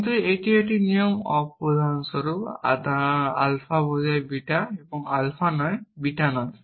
কিন্তু একটি নিয়ম উদাহরণস্বরূপ আলফা বোঝায় বিটা আলফা নয় বিটা নয়